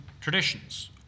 traditions